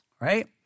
Right